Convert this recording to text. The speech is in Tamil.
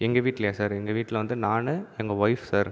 எங்கள் வீட்டிலயா சார் எங்கள் வீட்டில் வந்து நான் எங்கள் வொய்ஃப் சார்